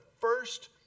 first